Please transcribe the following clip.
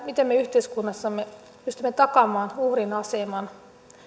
miten me yhteiskunnassamme pystymme takaamaan uhrin aseman